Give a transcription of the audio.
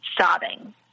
sobbing